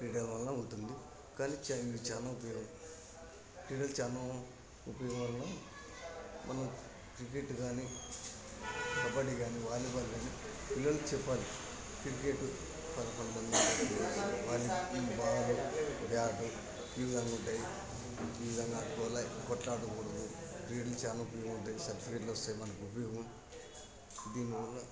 క్రీడల వలన ఉంటుంది కానీ చా చాలా ఉపయోగం ఉంటుంది క్రీడలు చాలా ఉపయోగం వలన మనం క్రికెట్ కానీ కబడ్డీ కానీ వాలీబాల్ కానీ పిల్లలకి చెప్పాలి క్రికెట్ పదకొండు మంది ఉంటారు వాళ్ళ టీం బాలు బ్యాటు ఈ విధంగా ఉంటాయి ఈ విధంగా ఆడుకోవాలి కొట్లాడుకోకూడదు క్రీడలు చాలా ఉపయోగం ఉంటాయి సర్టిఫికెట్లు వస్తాయి మనకు ఉపయోగం దీనివల్ల